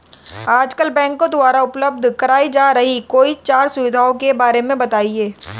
आजकल बैंकों द्वारा उपलब्ध कराई जा रही कोई चार सुविधाओं के बारे में बताइए?